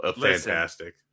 fantastic